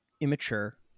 immature